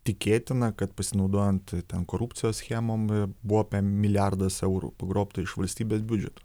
tikėtina kad pasinaudojant ten korupcijos schemom buvo piam milijardas eurų pagrobtų iš valstybės biudžeto